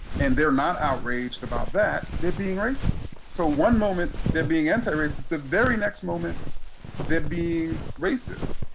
and they're not outraged about that, they're being racist. so one moment, they're being anti-racist the very next moment they're being racist.